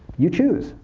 you choose.